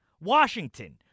Washington